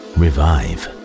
revive